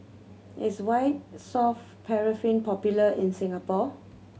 is White Soft Paraffin popular in Singapore